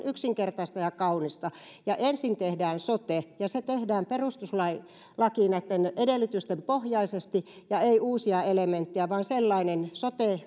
yksinkertaista ja kaunista ja ensin tehdään sote ja se tehdään perustuslain edellytysten pohjaisesti eikä uusia elementtejä vaan sellainen sote